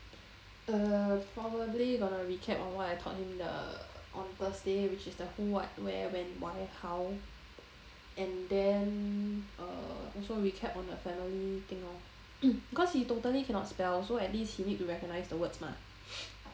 err probably gonna recap on what I taught him on thursday which is the who what when where why how and then also recap uh on the family thing lor because he totally cannot spell so at least he need to recognise the words mah